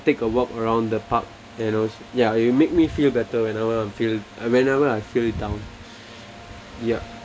take a walk around the park and all ya it make me feel better whenever I'm feel whenever I'm feeling down ya